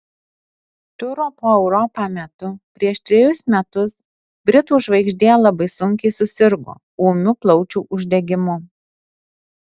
turo po europą metu prieš trejus metus britų žvaigždė labai sunkiai susirgo ūmiu plaučių uždegimu